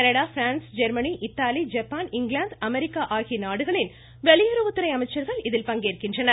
Canada France Germany Italy Japan இங்கிலாந்து America ஆகிய நாடுகளின் வெளியுறவுத்துறை அமைச்சர்கள் பங்கேற்கின்றனர்